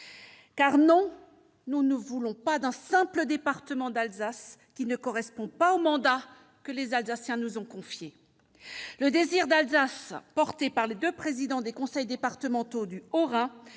Non, nous ne voulons pas d'un simple « département d'Alsace », qui ne correspond pas au mandat que les Alsaciens nous ont confié ! Le « désir d'Alsace », porté par les deux présidents des conseils départementaux du Haut-Rhin